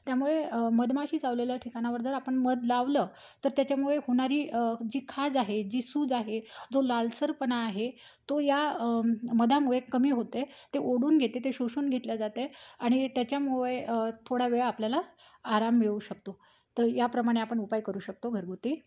त्यामुळे मधमाशी चावलेल्या ठिकाणावर जर आपण मध लावलं तर त्याच्यामुळे होणारी जी खाज आहे जी सूज आहे जो लालसरपणा आहे तो या मधामुळे कमी होते ते ओडून घेते ते शोषून घेतल्या जाते आणि त्याच्यामुळे थोडा वेळ आपल्याला आराम मिळू शकतो तर याप्रमाणे आपण उपाय करू शकतो घरगुती